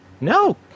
No